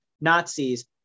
Nazis